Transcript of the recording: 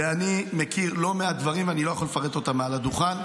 ואני מכיר לא מעט דברים שאני לא יכול לפרט אותם מעל הדוכן.